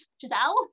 Giselle